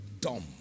dumb